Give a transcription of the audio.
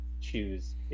choose